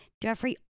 Jeffrey